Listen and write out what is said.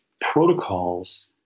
protocols